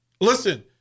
Listen